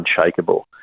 unshakable